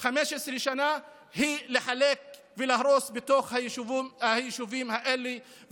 15 שנה היא לחלק ולהרוס בתוך היישובים האלה.